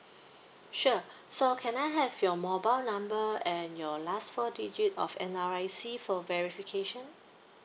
sure so can I have your mobile number and your last four digit of N_R_I_C for verification